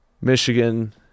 Michigan